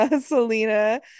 Selena